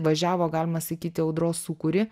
važiavo galima sakyt į audros sūkurį